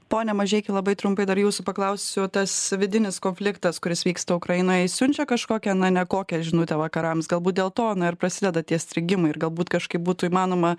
pone mažeiki labai trumpai dar jūsų paklausiu tas vidinis konfliktas kuris vyksta ukrainoje jis siunčia kažkokią na ne kokią žinutę vakarams galbūt dėl to na ir prasideda tie strigimai ir galbūt kažkaip būtų įmanoma